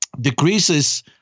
decreases